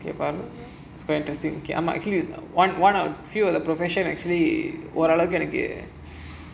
interesting okay I might actually want want to fuel a profession actually ஓரளவுக்கு எனக்கு:oralavukku enakku